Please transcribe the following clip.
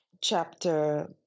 chapter